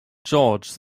george’s